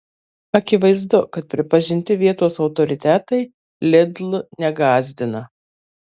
akivaizdu kad pripažinti vietos autoritetai lidl negąsdina